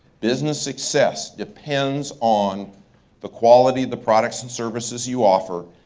business success depends on the quality the products and services you offer,